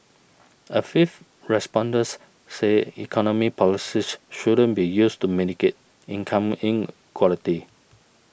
a fifth respondents said economic policies shouldn't be used to mitigate income inequality